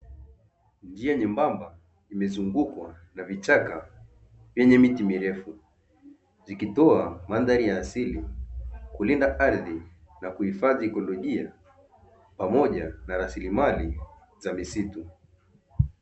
Njia nyembamba imezungukwa na vichaka yenye miti mirefu ikitoa mandhari ya asili, kulinda ardhi na kuhifadhi ikolojia pamoja na rasilimali za misitu.